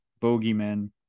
bogeymen